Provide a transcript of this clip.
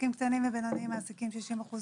עסקים קטנים ובינוניים מעסיקים 60%